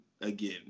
again